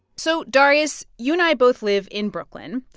so, darius, you and i both live in brooklyn.